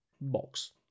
box